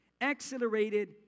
accelerated